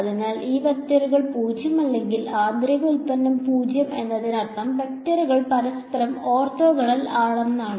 അതിനാൽ രണ്ട് വെക്ടറുകളും പൂജ്യമല്ലെങ്കിൽ ആന്തരിക ഉൽപ്പന്നം 0 എന്നതിനർത്ഥം വെക്ടറുകൾ പരസ്പരം ഓർത്തോഗണൽ ആണെന്നാണ്